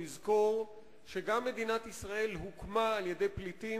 אנחנו צריכים לזכור שגם מדינת ישראל הוקמה על-ידי פליטים